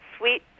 Sweet